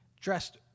dressed